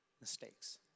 mistakes